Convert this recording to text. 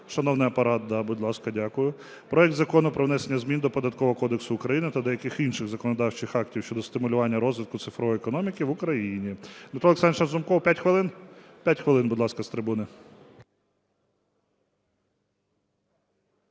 Шановний Апарат, да, будь ласка, дякую. Проект Закону про внесення змін до Податкового кодексу України та деяких інших законодавчих актів щодо стимулювання розвитку цифрової економіки в Україні. Дмитро Олександрович Разумков, 5 хвилин? 5 хвилин, будь ласка, з трибуни.